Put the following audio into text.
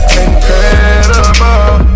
incredible